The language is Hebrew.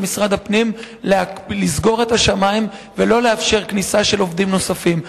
משרד הפנים לסגור את השמים ולא לאפשר כניסה של עובדים נוספים.